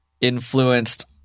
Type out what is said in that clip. influenced